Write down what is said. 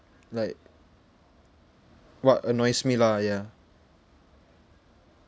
like what annoys me lah ya